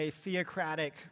theocratic